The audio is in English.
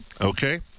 Okay